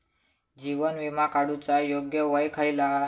जीवन विमा काडूचा योग्य वय खयला?